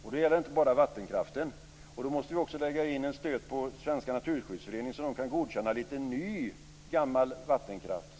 Det gäller inte bara vattenkraften. Då måste vi också sätta in en stöt mot Svenska naturskyddsföreningen, så att de kan godkänna ny småskalig - gammal - vattenkraft.